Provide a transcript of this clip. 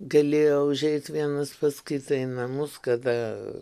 galėjo užeit vienas pas kitą į namus kada